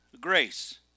Grace